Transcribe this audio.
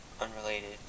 unrelated